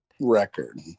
Record